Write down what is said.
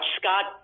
Scott